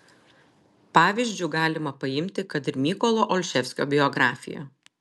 pavyzdžiu galima paimti kad ir mykolo olševskio biografiją